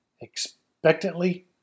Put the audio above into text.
expectantly